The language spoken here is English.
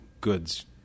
goods